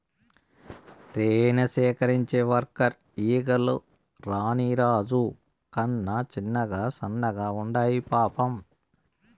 తేనె సేకరించే వర్కర్ ఈగలు రాణి రాజు కన్నా చిన్నగా సన్నగా ఉండాయి పాపం